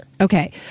Okay